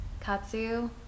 Katsu